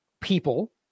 people